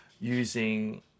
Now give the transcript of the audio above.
using